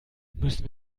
müssen